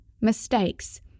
mistakes